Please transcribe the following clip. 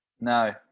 No